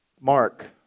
Mark